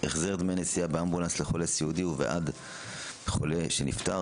(החזר דמי נסיעה באמבולנס לחולה סיעודי ובעד חולה שנפטר),